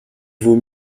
vaut